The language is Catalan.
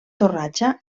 torratxa